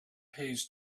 pays